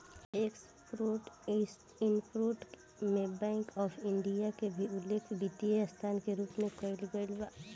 export import में bank of India के भी उल्लेख वित्तीय संस्था के रूप में कईल गईल बा